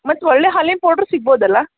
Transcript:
ಮತ್ತು ಒಳ್ಳೆ ಹಾಲಿನ ಪೌಡ್ರ್ ಸಿಗ್ಬೋದಲ್ಲ